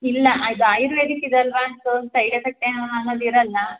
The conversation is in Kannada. ಇಲ್ಲ ಇದು ಆಯುರ್ವೆದಿಕ್ ಇದಲ್ಲವಾ ಸೋ ಸೈಡ್ ಎಫೆಕ್ಟ್ ಏನು ಆಗಿರೋಲ್ಲ